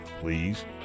please